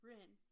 Rin